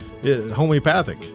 Homeopathic